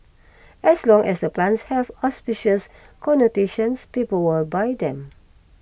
as long as the plants have auspicious connotations people will buy them